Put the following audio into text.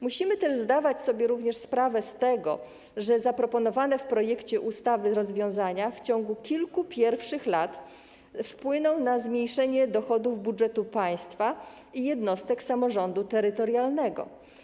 Musimy też zdawać sobie sprawę z tego, że zaproponowane w projekcie ustawy rozwiązania w ciągu kilku pierwszych lat wpłyną na zmniejszenie dochodów budżetu państwa i jednostek samorządu terytorialnego.